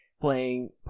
playing